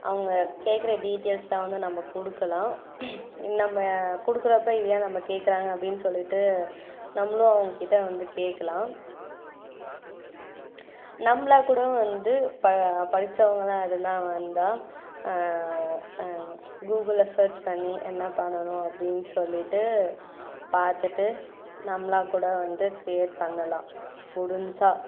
அவங்க கேட்குற டீட்டெய்ல்ஸெல்லாம் வந்து நம்ம கொடுக்கலாம் நம்ம கொடுக்குறப்ப இது ஏன் நம்ம கேட்குறாங்க அப்படின்னு சொல்லிவிட்டு நம்மளும் அவங்கக் கிட்டே வந்து கேட்கலாம் நம்மளா கூட வந்து ப படித்தவங்களா இருந்தால் வந்தால் கூகுளில் சேர்ச் பண்ணி என்ன பண்ணணும் அப்படின் சொல்லிவிட்டு பார்த்துட்டு நம்மளாக கூட வந்து க்ரியேட் பண்ணலாம் முடிஞ்சால்